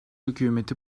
hükümeti